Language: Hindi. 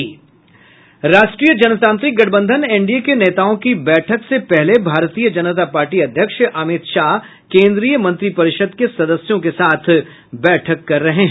राष्ट्रीय जनतांत्रिक गठबंधन एनडीए के नेताओं की बैठक से पहले भारतीय जनता पार्टी अध्यक्ष अमित शाह केन्द्रीय मंत्रिपरिषद् के सदस्यों के साथ बैठक कर रहे हैं